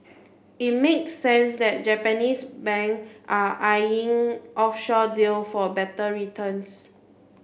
it makes sense that Japanese bank are eyeing offshore deal for better returns